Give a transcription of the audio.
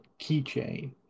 keychain